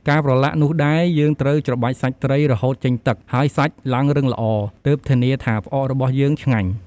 ការប្រឡាក់នោះដែរ យើងត្រូវច្របាច់សាច់ត្រីរហូតចេញទឹក ហើយសាច់ឡើងរឹងល្អ ទើបធានាថាផ្អករបស់យើងឆ្ងាញ់។